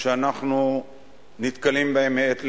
שאנחנו נתקלים בהם מעת לעת,